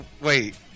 Wait